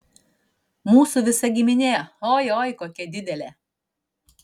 mūsų visa giminė oi oi kokia didelė